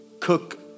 cook